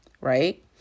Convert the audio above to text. right